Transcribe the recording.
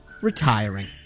retiring